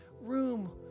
room